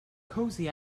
cozy